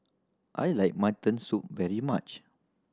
I like mutton soup very much